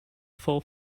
full